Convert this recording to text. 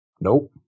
Nope